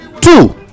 Two